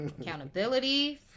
Accountability